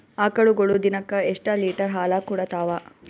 ಆಕಳುಗೊಳು ದಿನಕ್ಕ ಎಷ್ಟ ಲೀಟರ್ ಹಾಲ ಕುಡತಾವ?